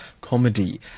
comedy